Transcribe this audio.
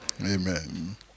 amen